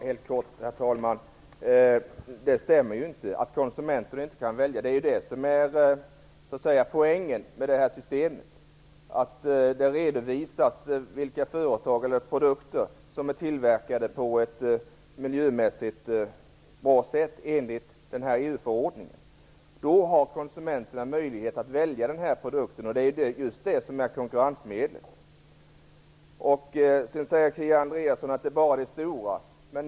Herr talman! Det stämmer inte att konsumenterna inte kan välja. Det är ju poängen med det här systemet. Det redovisas vilka produkter som är tillverkade på ett miljömässigt bra sätt enligt den här EU förordningen. Då har konsumenterna möjlighet att välja den här produkten. Det är just det som är konkurrensmedlet. Sedan säger Kia Andreasson att det bara är de stora företagen som kan göra detta?